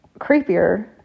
creepier